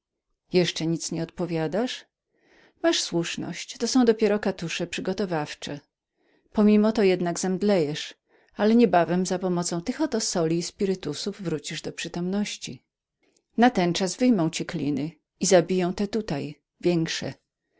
jeszcze nic nie odpowiadasz masz słuszność to są dopiero katusze przygotowawcze pomimo to jednak zemdlejesz ale niebawem zapomocą tych oto soli i spirytysów wrócisz do przytomności natenczas wyjmą ci kliny i zabiją te tutaj większe